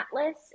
Atlas